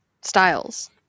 styles